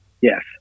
yes